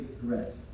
threat